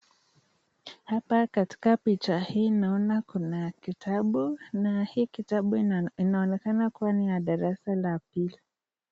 Hapa katika picha hii naona kuna kitabu na hiki kitabu inaonekana kuwa ni ya darasa la pili.